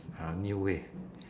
uh new way